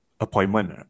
appointment